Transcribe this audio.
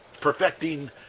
perfecting